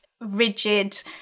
rigid